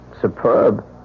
Superb